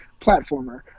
platformer